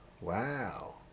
Wow